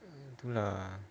tu lah